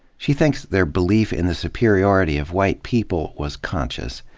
she thinks their belief in the superiority of white people was conscious,